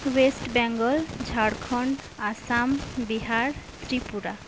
west Bengal Jharkhand Assam Bihar Tripura